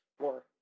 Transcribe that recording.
more